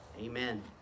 Amen